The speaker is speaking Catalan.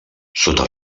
sota